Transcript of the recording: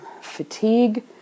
fatigue